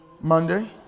Monday